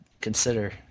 consider